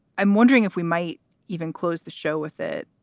i'm wondering if we might even close the show with it,